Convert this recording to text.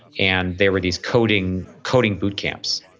and they were these coding coding boot camps,